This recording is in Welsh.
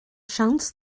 siawns